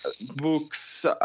books